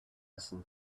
listen